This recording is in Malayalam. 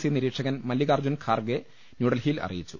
സി നിരീക്ഷകൻ മല്ലികാർജ്ജുൻ ഗാർഗെ ന്യൂഡൽഹിയിൽ അറിയിച്ചു